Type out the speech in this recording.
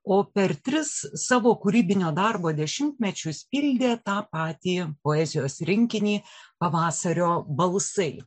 o per tris savo kūrybinio darbo dešimtmečius pildė tą patį poezijos rinkinį pavasario balsai